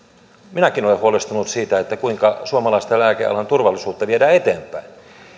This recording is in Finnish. minäkin olen huolestunut siitä kuinka suomalaista lääkealan turvallisuutta viedään eteenpäin